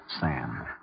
Sam